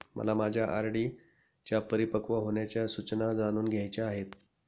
मला माझ्या आर.डी च्या परिपक्व होण्याच्या सूचना जाणून घ्यायच्या आहेत